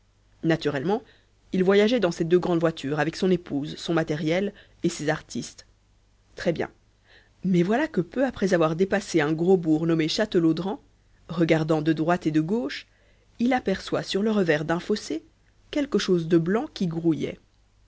naturellement il voyageait dans ses deux grandes voitures avec son épouse son matériel et ses artistes très-bien mais voilà que peu après avoir dépassé un gros bourg nommé chatelaudren regardant de droite et de gauche il aperçoit sur le revers d'un fossé quelque chose de blanc qui grouillait